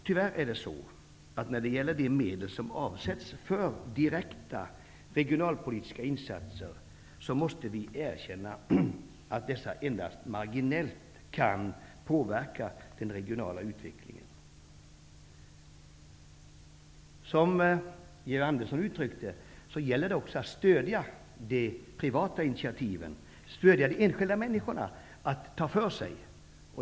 Tyvärr, måste vi erkänna, kan de medel som avsätts för direkta regionalpolitiska insatser endast marginellt påverka den regionala utvecklingen. Som Georg Andersson uttryckte det, gäller det också att stödja de privata initiativen, stödja de enskilda människorna att ta för sig.